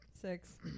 Six